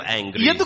angry